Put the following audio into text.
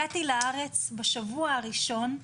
הגעתי לארץ ובשבוע הראשון,